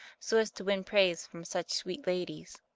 so as to win praise from such sweet ladies.